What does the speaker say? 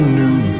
new